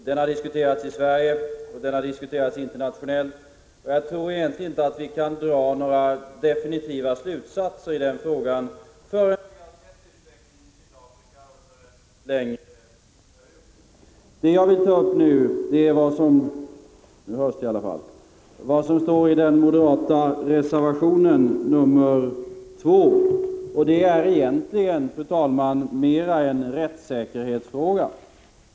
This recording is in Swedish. Den har diskuterats i Sverige och den har diskuterats internationellt, och jag tror egentligen inte att vi kan dra några definitiva slutsatser i den frågan förrän vi har sett utvecklingen i Sydafrika under en längre tidsperiod. Det jag vill nämna är vad som tas upp i den moderata reservationen 2. Det är, fru talman, närmast en rättssäkerhetsfråga.